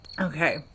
Okay